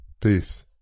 Peace